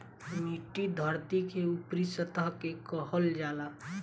मिट्टी धरती के ऊपरी सतह के कहल जाला